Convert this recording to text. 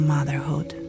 Motherhood